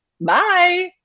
bye